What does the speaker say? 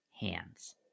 hands